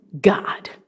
God